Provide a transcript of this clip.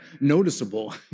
noticeable